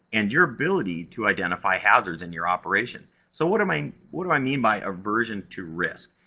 and your ability to identify hazards in your operation. so, what am i, what do i mean by aversion to risk?